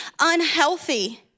unhealthy